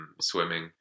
swimming